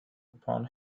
upon